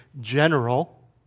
general